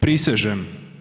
Prisežem.